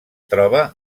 troba